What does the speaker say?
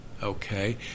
Okay